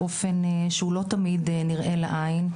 באופן שהוא לא תמיד נראה לעין,